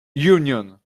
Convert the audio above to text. union